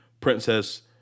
Princess